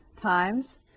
times